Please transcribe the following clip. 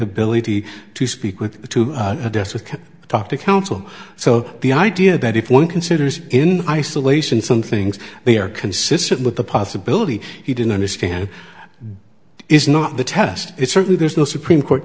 ability to speak with to address with to talk to counsel so the idea that if one considers in isolate some things they are consistent with the possibility he didn't understand is not the test it's certainly there's no supreme court